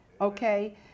Okay